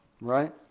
right